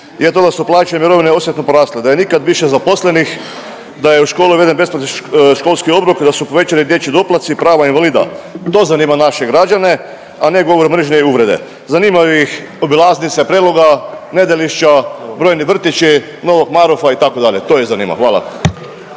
Je to da su plaće i mirovine da su osjetno porasle, da ne nikad više zaposlenih, da je u škole uveden besplatni školski obrok i da su povećani dječji doplaci i prava invalida. To zanima naše građane, a govor mržnje i uvrede. Zanimaju ih obilaznice Preloga, Nedelišća, brojni vrtići Novog Marofa itd. To ih zanima. Hvala.